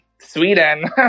Sweden